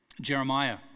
Jeremiah